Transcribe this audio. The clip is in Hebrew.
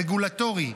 רגולטורי,